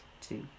two